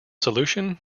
solution